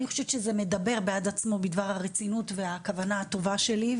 אני חושבת שזה מדבר בעד עצמו בדבר הרצינות והכוונה הטובה שלי.